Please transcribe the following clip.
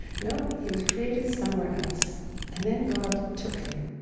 nope, he was created somewhere else and then god took him.